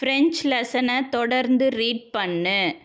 French லெஸனை தொடர்ந்து read பண்ணு